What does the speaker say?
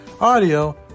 audio